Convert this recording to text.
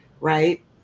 right